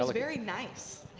ah very nice.